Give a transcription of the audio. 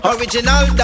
Original